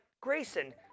Grayson